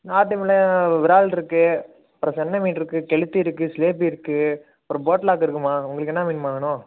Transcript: நாட்டு மீனில் விராலிருக்கு அப்புறம் சென்ன மீனிருக்கு கெளுத்தி இருக்குது சிலேபி இருக்குது அப்புறம் போட்லாக் இருக்குதும்மா உங்களுக்கு என்ன மீன்மா வேணும்